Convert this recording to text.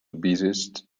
busiest